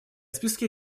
списке